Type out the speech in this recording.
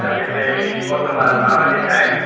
दा बेहाय बर्थमान मा बादि थाय